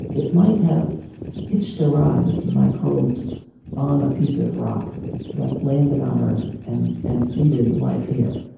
it might have hitched a ride as microbes on a piece of rock that landed on earth and and seeded life here.